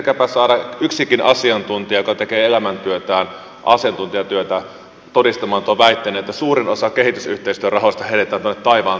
yrittäkääpä saada yksikin asiantuntija joka tekee elämäntyötään asiantuntijatyötä todistamaan tuo väite että suurin osa kehitysyhteistyörahoista heitetään tuonne taivaan tuuliin